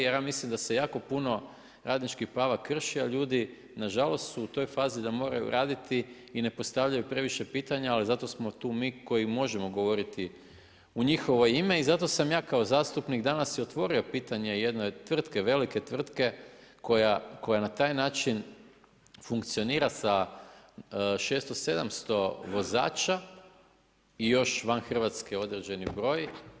Jer ja mislim da se jako puno radničkih prava krši, a ljudi na žalost su u toj fazi da moraju raditi i ne postavljaju previše pitanja ali zato smo tu mi koji možemo govoriti u njihovo ime i zato sam ja kao zastupnik danas i otvorio pitanje jedne tvrtke, velike tvrtke koja na taj način funkcionira sa 600, 700 vozača i još van Hrvatske određeni broj.